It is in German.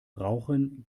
rauchen